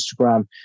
instagram